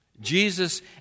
Jesus